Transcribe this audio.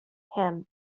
him